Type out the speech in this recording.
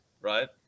right